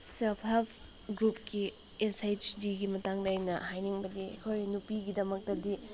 self help ꯒ꯭ꯔꯨꯞꯀꯤ S H ꯖꯤꯒꯤ ꯃꯇꯥꯡꯗ ꯑꯩꯅ ꯍꯥꯏꯅꯤꯡꯕꯗꯤ ꯑꯩꯈꯣꯏ ꯅꯨꯄꯤꯒꯤꯗꯃꯛꯇꯗꯤ